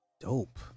dope